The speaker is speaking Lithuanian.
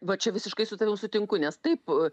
va čia visiškai su tavim sutinku nes taip